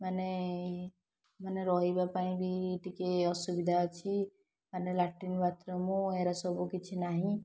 ମାନେ ମାନେ ରହିବା ପାଇଁ ବି ଟିକେ ଅସୁବିଧା ଅଛି ମାନେ ଲାଟିନ୍ ବାଥ୍ରୁମ୍ ହେରା ସବୁ କିଛି ନାହିଁ